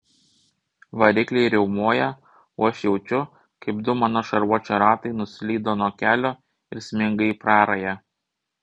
varikliai riaumoja o aš jaučiu kaip du mano šarvuočio ratai nuslydo nuo kelio ir sminga į prarają